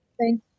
Thank